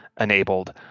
enabled